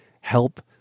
help